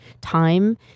time